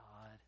God